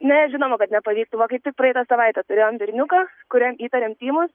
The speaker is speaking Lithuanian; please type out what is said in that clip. ne žinoma kad nepavyktų va kaip tik praeitą savaitę turėjom berniuką kuriam įtarėm tymus